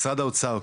משרד האוצר,